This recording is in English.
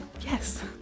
yes